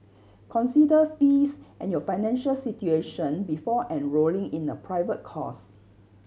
consider fees and your financial situation before enrolling in a private course